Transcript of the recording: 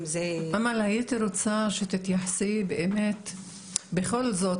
אם זה --- אמאל הייתי רוצה שתתייחסי באמת בכל זאת,